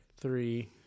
three